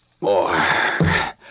more